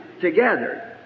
together